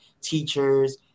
teachers